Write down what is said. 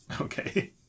Okay